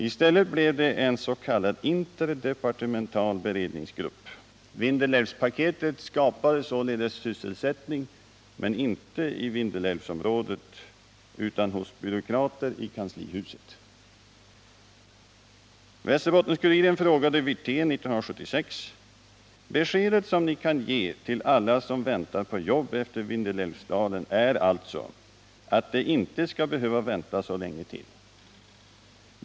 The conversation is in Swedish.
I stället blev det en s.k. interdepartemental beredningsgrupp. Vindelälvspaketet skapade således sysselsättning, men inte i Vindelälvsområdet utan hos byråkrater i kanslihuset. ”Beskedet som ni kan ge till alla som väntar på jobb efter Vindelälvsådalen är alltså att de inte ska behöva vänta så länge till?